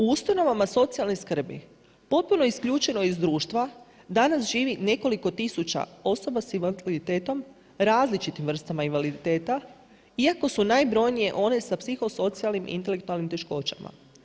U ustanovama socijalne skrbi, potpuno je isključeno iz društva, danas živi nekoliko tisuća osoba s invaliditetom, različitim vrstama invaliditeta, iako su najbrojnije one s psiho socijalnim intelektualnim teškoćama.